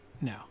No